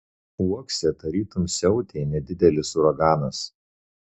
uokse tarytum siautė nedidelis uraganas